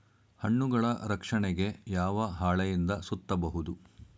ಹಣ್ಣುಗಳ ರಕ್ಷಣೆಗೆ ಯಾವ ಹಾಳೆಯಿಂದ ಸುತ್ತಬಹುದು?